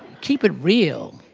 keep it real,